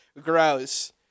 Gross